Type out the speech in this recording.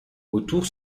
autour